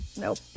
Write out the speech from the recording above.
Nope